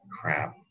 crap